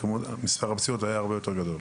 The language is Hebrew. מספר הפציעות היה הרבה יותר גדול.